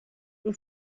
اون